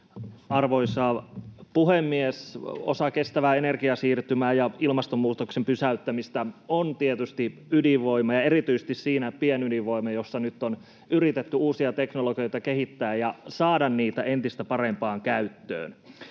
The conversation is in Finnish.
Arvoisa puhemies! Osa kestävää energiasiirtymää ja ilmastonmuutoksen pysäyttämistä on tietysti ydinvoima ja erityisesti siinä pienydinvoima, jossa nyt on yritetty uusia teknologioita kehittää ja saada niitä entistä parempaan käyttöön.